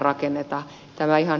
tämä ed